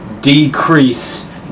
decrease